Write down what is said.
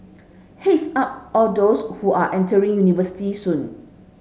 head's up all those who are entering university soon